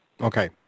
Okay